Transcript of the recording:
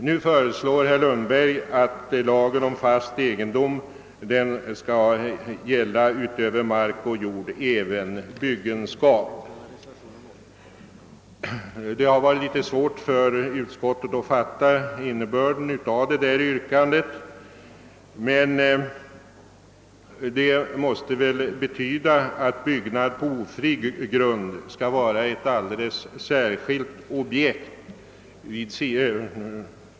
Nu föreslår herr Lundberg, att lagen om vad som är fast egendom skall gälla, utöver mark och jord, även byggenskap. Det har varit litet svårt för utskottet att fatta innebörden av detta yrkande, men det måste väl betyda att byggnad på ofri grund skall vara ett alldeles särskilt objekt.